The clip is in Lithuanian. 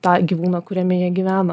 tą gyvūną kuriame jie gyvena